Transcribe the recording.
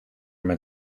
met